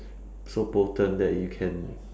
so potent that you can